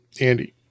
Andy